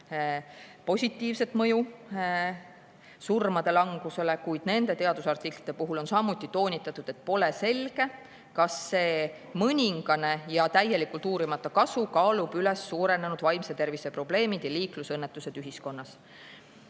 positiivset mõju surmade langusele, kuid nende teadusartiklite puhul on samuti toonitanud, et pole selge, kas see mõningane ja täielikult uurimata kasu kaalub üles suurenenud vaimse tervise probleemid ja liiklusõnnetused ühiskonnas.